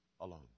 alone